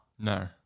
No